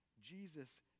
Jesus